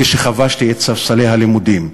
כשחבשתי את ספסלי הלימודים,